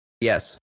Yes